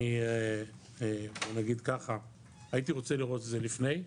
אני הייתי רוצה לראות את זה לפני,